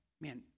Man